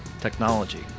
technology